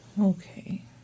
Okay